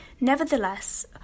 Nevertheless